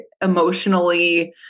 emotionally